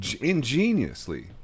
ingeniously